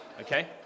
Okay